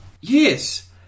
Yes